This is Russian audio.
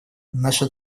наша